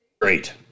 Great